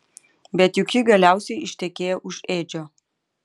bet juk ji galiausiai ištekėjo už edžio